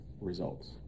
results